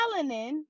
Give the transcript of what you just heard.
melanin